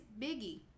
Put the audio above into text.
Biggie